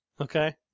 Okay